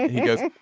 yes.